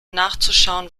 nachzuschauen